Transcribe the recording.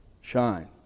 shine